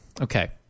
Okay